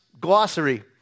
glossary